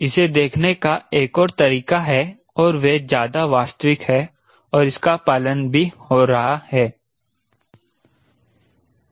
इसे देखने का एक और तरीका है और वह ज्यादा वास्तविक है और इसका पालन भी हो रहा है